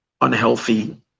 unhealthy